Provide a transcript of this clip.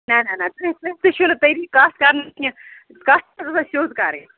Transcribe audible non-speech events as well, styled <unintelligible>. نَہ نَہ نَہ <unintelligible> چھُنہٕ طریٖق کَتھ کَرنُک کیٚنٛہہ کَتھ <unintelligible> سیوٚد کَرٕنۍ